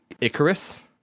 Icarus